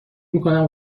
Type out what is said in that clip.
میکنم